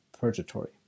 Purgatory